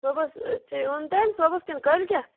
صُبحس ژےٚ ووٚنُتھ صبحس کِنہٕ کٲلکیتھ